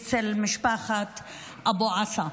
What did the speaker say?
אצל משפחת אבו עסא.